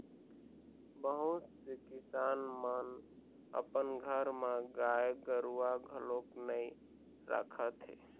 बहुत से किसान मन अपन घर म गाय गरूवा घलोक नइ राखत हे